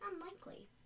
unlikely